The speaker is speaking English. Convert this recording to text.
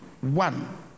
one